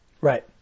Right